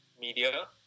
media